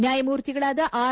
ನ್ಲಾಯಮೂರ್ತಿಗಳಾದ R